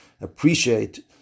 appreciate